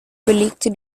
belegte